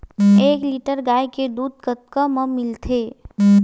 एक लीटर गाय के दुध कतका म मिलथे?